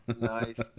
Nice